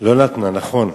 לא נתנה, נכון.